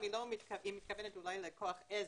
היא מתכוונת אולי לכוח עזר,